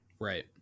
Right